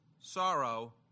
sorrow